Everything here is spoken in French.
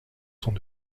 sont